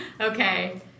Okay